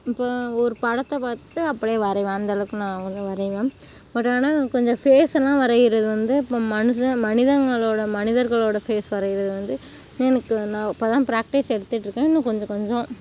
இப்போ ஒரு படத்தை பார்த்து அப்படியே வரைவேன் அந்தளவுக்கு நான் வந்து வரைவேன் பட் ஆனால் கொஞ்சம் ஃபேஸயெலாம் வரைகிறது வந்து இப்போ மனுஷன் மனிதர்களோட மனிதர்களோடு ஃபேஸ் வரைவது வந்து எனக்கு நான் இப்போ தான் ப்ராக்ட்டிஸ் எடுத்துகிட்டிருக்கேன் இன்னும் கொஞ்சம் கொஞ்சம்